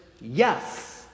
yes